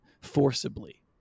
forcibly